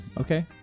Okay